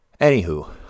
Anywho